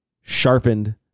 sharpened